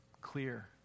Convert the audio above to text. clear